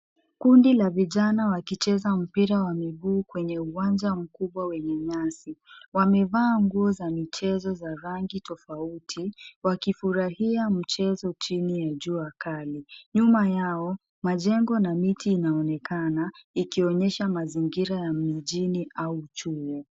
Kundi la vijana wakicheza mpira wa miguu kwenye uwanja mkubwa wenye nyasi. Wamevaa nguo za michezo za rangi tofauti wakifurahia mchezo chini ya jua kali. Nyuma yao, majengo na miti inaonekana ikionyesha mazingira ya mjini au chuo.